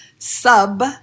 Sub